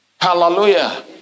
Hallelujah